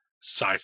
sci